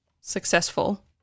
successful